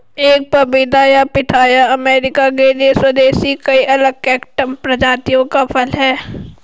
एक पपीता या पिथाया अमेरिका के लिए स्वदेशी कई अलग कैक्टस प्रजातियों का फल है